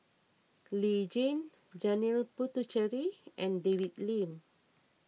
Lee Tjin Janil Puthucheary and David Lim